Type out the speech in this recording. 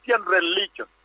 religion